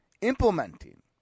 Implementing